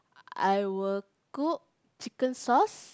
I will cook chicken sauce